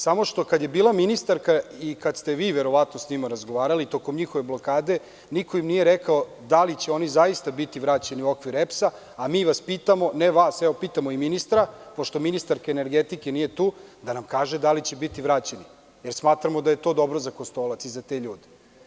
Samo što, kad je bila ministarka i kada ste vi verovatno sa njima razgovarali, tokom njihove blokade, niko im nije rekao da li će oni zaista biti vraćeni u okvire EPS-a, a mi vas pitamo, ne vas, evo pitamo i ministra, pošto ministarka energetike nije tu, da nam kaže da li će biti vraćeni, jer smatramo da je to dobro za Kostolac i za te ljude.